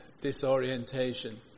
Disorientation